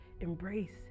Embrace